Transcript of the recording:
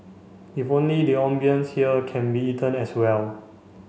if only the ambience here can be eaten as well